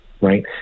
right